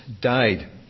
died